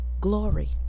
glory